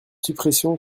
suppression